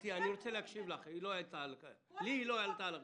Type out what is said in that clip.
היא לא העלתה על הכתב, אליי היא לא שלחה מכתב.